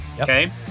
Okay